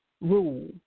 Rule